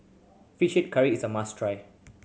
Fish Head Curry is a must try